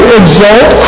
exalt